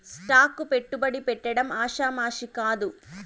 stock కు పెట్టుబడి పెట్టడం ఆషామాషీ కాదు